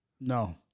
No